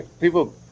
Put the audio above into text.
People